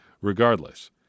regardless